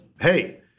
hey